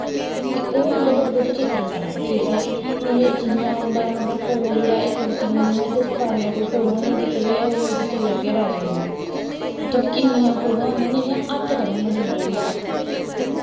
ते ओह् होंदे बड्डे बड्डे चित्तरकार ठीक ऐ हून एह् जि'यां उंदा मतलब पूरा इक किस्म दियां इ'यां तुस परानियां फोटोआं दिक्खगे हून इद्धर चली जाह्गे राज़ें दे मैह्ल उत्थें बी कि'न्नियां फोटोआं होंङन जेह्ड़ियां हत्थ कन्नै बनी दियां होंङन